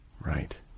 Right